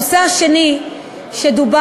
הנושא השני שדובר,